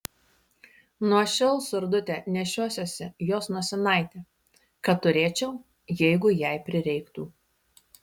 nuo šiol surdute nešiosiuosi jos nosinaitę kad turėčiau jeigu jai prireiktų